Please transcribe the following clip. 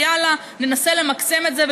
ויאללה ננסה למקסם את זה,